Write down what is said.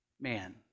man